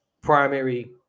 primary